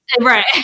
Right